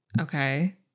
okay